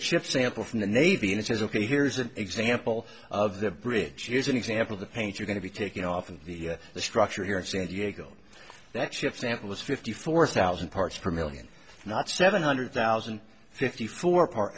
chip sample from the navy and says ok here's an example of the bridge is an example the paint you're going to be taking off in the the structure here in san diego that ship sample is fifty four thousand parts per million not seven hundred thousand and fifty four